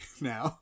now